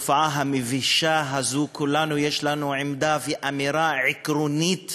נגד התופעה המבישה הזו לכולנו יש עמדה ואמירה עקרונית